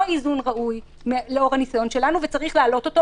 איזון ראוי לאור הניסיון שלנו וצריך להעלות אותו,